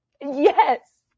yes